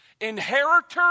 inheritors